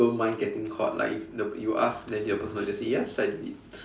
don't mind getting caught like if the you ask then the person will just say yes I did it